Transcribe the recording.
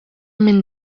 minn